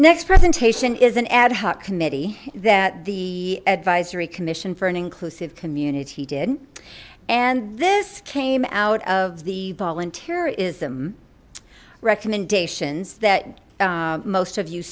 next presentation is an ad hoc committee that the advisory commission for an inclusive community did and this came out of the volunteerism recommendations that most of you